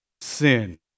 sin